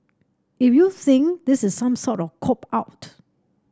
if you think this is some sort of cop out